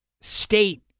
state